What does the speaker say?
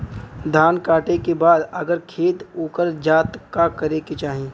धान कांटेके बाद अगर खेत उकर जात का करे के चाही?